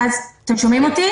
לי.